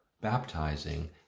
baptizing